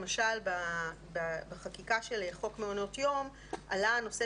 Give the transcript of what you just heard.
למשל בחקיקה של חוק מעונות יום עלה הנושא